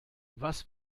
was